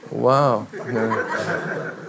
Wow